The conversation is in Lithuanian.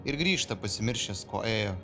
ir grįžta pasimiršęs ko ėjo